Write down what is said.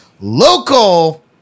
local